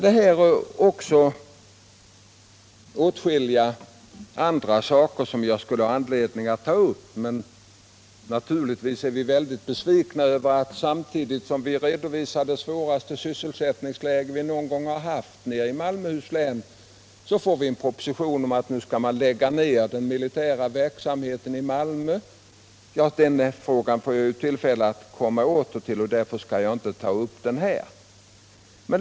Det är åtskilliga andra saker som jag skulle ha anledning att ta upp. Naturligtvis är vi mycket besvikna över att samtidigt som vi redovisar det svåraste sysselsättningsläge vi någon gång har haft i Malmöhus län, får vi en proposition om att man skall lägga ned den militära verksamheten i Malmö. Den frågan får jag tillfälle att återkomma till, och därför skall jag inte ta upp den här.